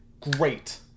Great